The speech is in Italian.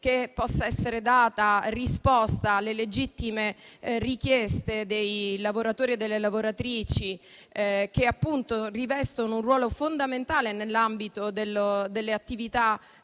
che possa essere data risposta alle legittime richieste di tali lavoratori e lavoratrici, che rivestono un ruolo fondamentale nell'ambito delle attività